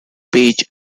page